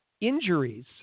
injuries